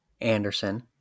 Anderson